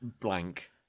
Blank